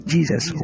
Jesus